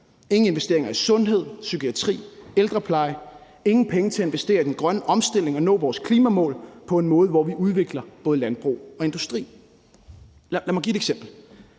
ingen investeringer i sundhed, psykiatri, ældrepleje, ingen penge til at investere i den grønne omstilling og nå vores klimamål på en måde, hvor vi udvikler både landbrug og industri. Lad mig give et eksempel.